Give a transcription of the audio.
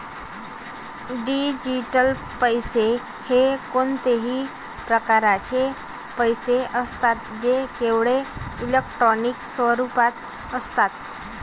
digital पैसे हे कोणत्याही प्रकारचे पैसे असतात जे केवळ इलेक्ट्रॉनिक स्वरूपात असतात